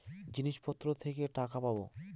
জিনিসপত্র থেকে টাকা পাবো